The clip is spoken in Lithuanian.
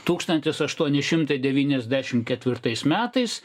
tūkstantis aštuoni šimtai devyniasdešimt ketvirtais metais